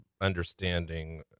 understanding